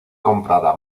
comprada